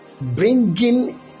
bringing